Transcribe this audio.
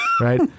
right